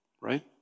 Right